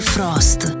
Frost